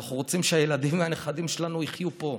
אנחנו רוצים שהילדים והנכדים שלנו יחיו פה.